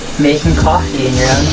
making coffee in